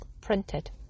printed